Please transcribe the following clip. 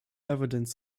evidence